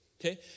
Okay